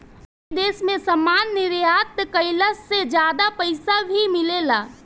अमीर देश मे सामान निर्यात कईला से ज्यादा पईसा भी मिलेला